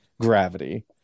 gravity